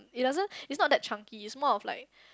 it doesn't it's not that chunky is more of like